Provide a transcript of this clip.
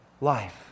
life